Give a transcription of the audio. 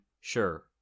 sure